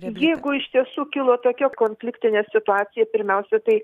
jeigu iš tiesų kilo tokia konfliktinė situacija pirmiausia tai